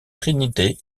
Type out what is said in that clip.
trinité